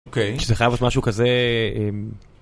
אוקיי. שזה חייב להיות משהו כזה...